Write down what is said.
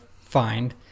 find